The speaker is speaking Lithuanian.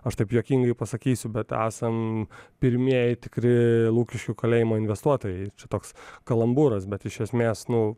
aš taip juokingai pasakysiu bet esam pirmieji tikri lukiškių kalėjimo investuotojai čia toks kalambūras bet iš esmės nu